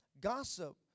Gossip